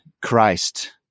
Christ